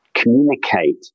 communicate